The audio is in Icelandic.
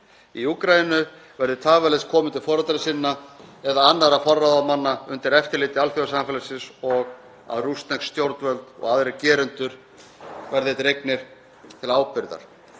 í Úkraínu, verði tafarlaust komið til foreldra sinna eða annarra forráðamanna undir eftirliti alþjóðasamfélagsins og að rússnesk stjórnvöld og aðrir gerendur verði dregin til ábyrgðar.“